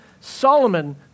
Solomon